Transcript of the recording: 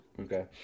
Okay